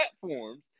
platforms